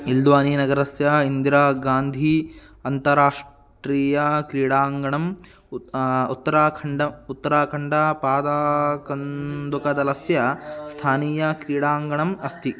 इल्द्वानीनगरस्य इन्दिरागान्धी अन्ताराष्ट्रीयक्रीडाङ्गणम् उत् उत्तराखण्ड उत्तराकण्डापादकन्दुकदलस्य स्थानीयाक्रीडाङ्गणम् अस्ति